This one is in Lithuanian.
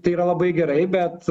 tai yra labai gerai bet